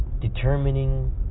determining